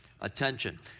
attention